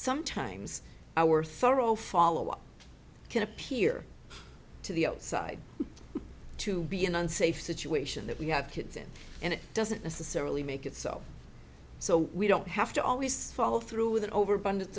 sometimes our thorough follow up can appear to the outside to be an unsafe situation that we have kids in and it doesn't necessarily make it so so we don't have to always follow through with an over abundance